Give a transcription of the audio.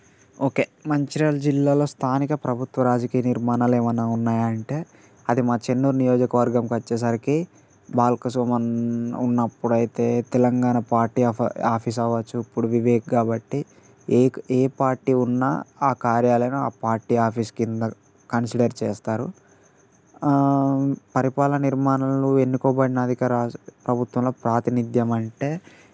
okay Mancherial జిల్లాలో స్థానిక ప్రభుత్వ రాజకీయ నిర్మాణాలు ఏమైనా ఉన్నాయా అంటే అది మా చెన్నూరు నియోజకవర్గంకి వచ్చేసరికి బాల్క సుమన్ ఉన్నప్పుడు అయితే తెలంగాణ పార్టీ ఆఫ్ ఆఫీస్ అవచ్చు ఇప్పుడు వివేక్ కాబట్టి ఏ ఏ పార్టీ ఉన్నా ఆ కార్యాలయమును ఆ పార్టీ ఆఫీస్ కింద కన్సిడర్ చేస్తారు పరిపాల నిర్మాణంలో ఎన్నుకోబడిన అధిక రాజ ప్రభుత్వంలో ప్రాతినిధ్యం అంటే